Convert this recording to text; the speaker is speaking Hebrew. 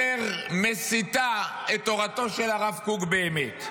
יותר מסיט את תורתו של הרב קוק באמת.